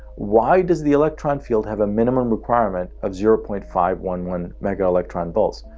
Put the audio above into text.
why does the electron field have a minimum requirement of zero point five one one mega electron volts?